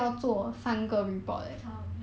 ah ya lor